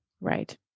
Right